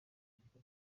gufata